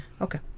Okay